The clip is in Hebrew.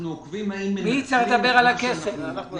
אנחנו עוקבים האם מנצלים את מה שאנחנו נותנים.